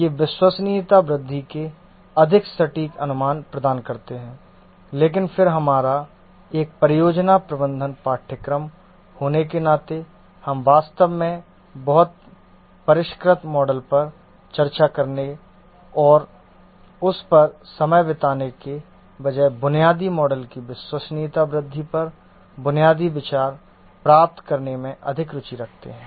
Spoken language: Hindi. ये विश्वसनीयता वृद्धि के अधिक सटीक अनुमान प्रदान करते हैं लेकिन फिर हमारा एक परियोजना प्रबंधन पाठ्यक्रम होने के नाते हम वास्तव में बहुत परिष्कृत मॉडल पर चर्चा करने और उस पर समय बिताने के बजाय बुनियादी मॉडल की विश्वसनीयता वृद्धि पर बुनियादी विचार प्राप्त करने में अधिक रुचि रखते हैं